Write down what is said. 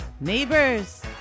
neighbors